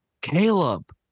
Caleb